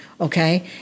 okay